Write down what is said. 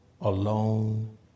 alone